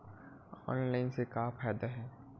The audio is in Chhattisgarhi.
ऑनलाइन से का फ़ायदा हे?